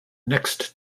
next